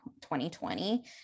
2020